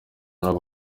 n’uko